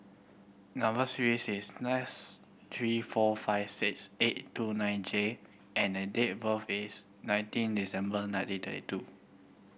number S three four five six eight two nine J and the date of birth is nineteen December nineteen thirty two